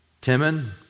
Timon